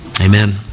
Amen